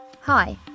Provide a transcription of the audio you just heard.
Hi